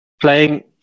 playing